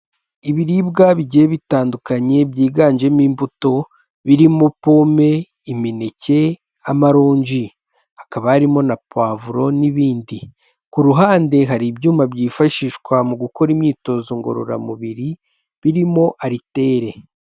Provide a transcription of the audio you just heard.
Ibiribwa bigiye bitandukanye byiganjemo imbuto birimo pome, imineke, amaronji, hakaba harimo na pavuro n'ibindi, ku ruhande hari ibyuma byifashishwa mu gukora imyitozo ngororamubiri birimo aritere.